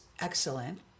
excellent